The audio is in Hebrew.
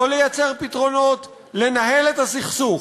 לא לייצר פתרונות, לנהל את הסכסוך.